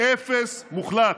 אפס מוחלט.